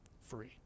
free